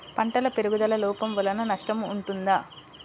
పంటల పెరుగుదల లోపం వలన నష్టము ఉంటుందా?